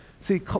See